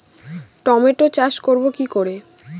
Tomato চাষ করব কি করে?